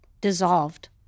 dissolved